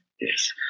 Yes